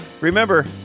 Remember